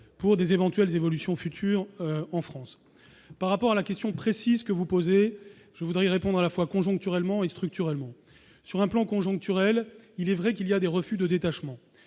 pour des éventuelles évolutions futures en France par rapport à la question précise que vous posez, je voudrais répondre à la fois conjoncturellement est structurellement sur un plan conjoncturel, il est vrai qu'il y a des refus de détachement,